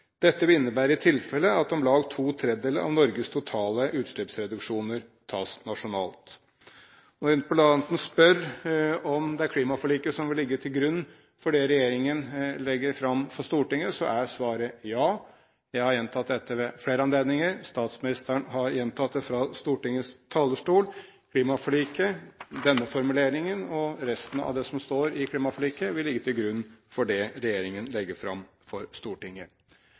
Dette innebærer i tilfelle at om lag to tredjedeler av Norges totale utslippsreduksjoner tas nasjonalt.» Når interpellanten spør om det er klimaforliket som vil ligge til grunn for det regjeringen legger fram for Stortinget, er svaret ja. Jeg har gjentatt dette ved flere anledninger. Statsministeren har gjentatt det fra Stortingets talerstol. Klimaforliket – denne formuleringen og resten av det som står i klimaforliket – vil ligge til grunn for det regjeringen legger fram for Stortinget.